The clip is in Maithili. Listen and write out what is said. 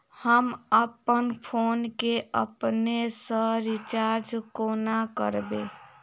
हम अप्पन फोन केँ अपने सँ रिचार्ज कोना करबै?